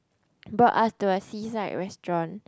brought us to a seaside restaurant